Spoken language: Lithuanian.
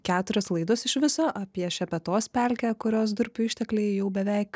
keturios laidos iš viso apie šepetos pelkę kurios durpių ištekliai jau beveik